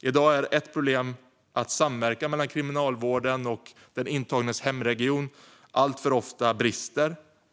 I dag är ett problem att samverkan mellan Kriminalvården och den intages hemregion brister.